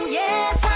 yes